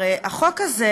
הרי החוק הזה